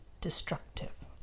destructive